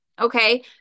okay